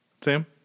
Sam